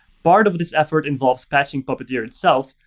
part of this effort involves patching puppeteer itself.